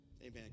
Amen